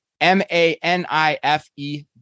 M-A-N-I-F-E